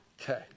Okay